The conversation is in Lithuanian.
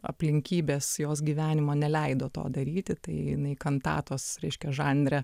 aplinkybės jos gyvenimo neleido to daryti tai jinai kantatos reiškia žanre